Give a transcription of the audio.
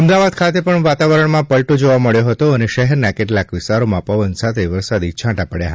અમદાવાદ ખાતે પણ વાતાવરણમાં પલટો જોવા મળ્યો હતો શહેરના કેટલાંક વિસ્તારોમાં પવન સાથે વરસાદી છાંટા પડ્યા હતા